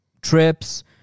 trips